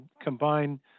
combine